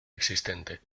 existente